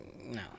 No